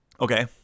Okay